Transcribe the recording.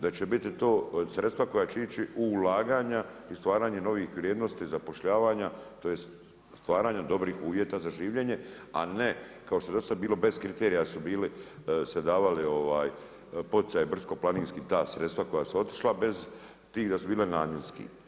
Da će biti to sredstva koja će ići u ulaganja i stvaranje novih vrijednosti zapošljavanja, tj. stvaranje dobrih uvjeta za življenje, a ne, kao što je do sad bilo, bez kriterija su bili, se davali poticaje brdsko planinski ta sredstva koja su otišla, bez tih da su bila namjenski.